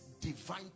divine